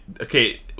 okay